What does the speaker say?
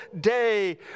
day